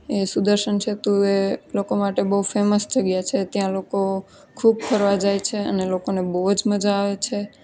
એ સુદર્શન સેતુ એ લોકો માટે બહુ ફેમસ જગ્યા છે ત્યાં લોકો ખૂબ ફરવા જાય છે અને લોકોને બહુ જ મજા આવે છે